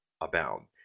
abound